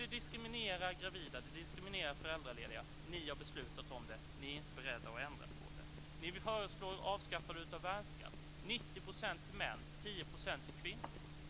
Detta diskriminerar gravida och föräldralediga. Ni har beslutat om det, och ni är inte beredda att ändra det. Ni föreslår avskaffande av värnskatt: 90 % till män och 10 % till kvinnor.